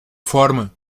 forma